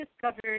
discovered